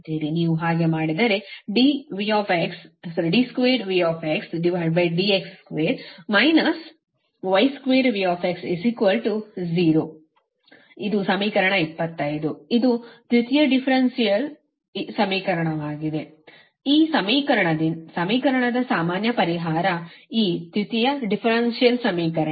ನೀವು ಹಾಗೆ ಮಾಡಿದರೆ d2Vdx2 2V 0 ಇದು ಸಮೀಕರಣ 25 ಇದು ದ್ವಿತೀಯ ಡಿಫ್ರ್ಎಂಟ್ರಿಯಾಲ್ ಸಮೀಕರಣವಾಗಿದೆ ಈ ಸಮೀಕರಣದ ಸಾಮಾನ್ಯ ಪರಿಹಾರ ಈ ದ್ವಿತೀಯಕ ಡಿಫ್ರ್ಎಂಟ್ರಿಯಾಲ್ ಸಮೀಕರಣ